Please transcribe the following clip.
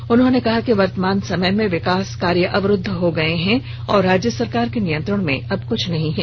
श्री मुंडा ने कहा कि वर्तमान समय में विकास कार्य अवरुद्व हो गए हैं और राज्य सरकार के नियंत्रण र्मे अब कुछ भी नहीं है